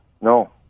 no